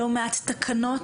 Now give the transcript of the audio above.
לא מעט תקנות